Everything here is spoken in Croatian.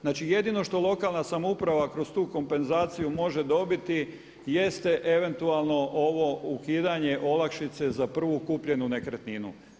Znači, jedino što lokalna samouprava kroz tu kompenzaciju može dobiti jeste eventualno ovo ukidanje olakšice za prvu kupljenu nekretninu.